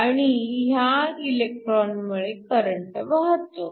आणि ह्या इलेक्ट्रॉनमुळे करंट वाहतो